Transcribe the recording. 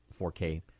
4K